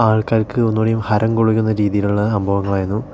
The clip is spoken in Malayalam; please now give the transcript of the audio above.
ആൾക്കാർക്ക് ഒന്നുകൂടി ഹരം കൊള്ളിക്കുന്ന രീതിയിലുള്ള സംഭവങ്ങളായിരുന്നു